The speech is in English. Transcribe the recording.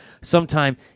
sometime